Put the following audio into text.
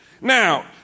Now